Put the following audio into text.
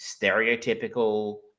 stereotypical